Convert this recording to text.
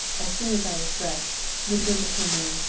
as soon as i was dressed, midwinter came in,